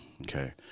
Okay